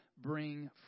bring